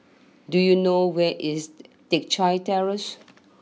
do you know where is Teck Chye Terrace